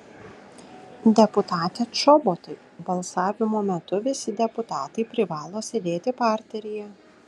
deputate čobotai balsavimo metu visi deputatai privalo sėdėti parteryje